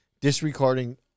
disregarding